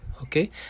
okay